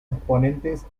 exponentes